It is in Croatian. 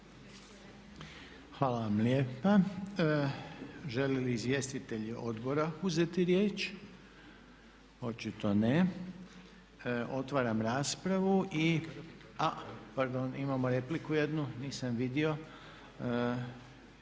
Hvala vam lijepa. Žele li izvjestitelji odbora uzeti riječ? Očito ne. Otvaram raspravu. A pardon, imamo repliku jednu. Nisam vidio.